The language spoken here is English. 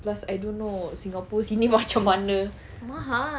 plus I don't know singapore sini macam mana